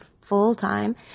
full-time